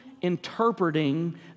interpreting